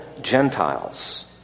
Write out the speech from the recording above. Gentiles